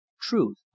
truth